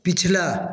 पिछला